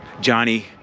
johnny